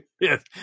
Yes